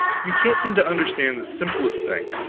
you can't seem to understand the simplest thing.